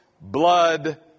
blood